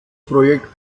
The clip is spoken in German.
projekt